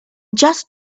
just